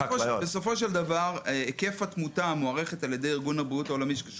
בסופו של דבר היקף התמותה המוערכת על ידי ארגון הבריאות העולמי שקשור